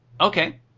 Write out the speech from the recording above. okay